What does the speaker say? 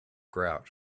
grout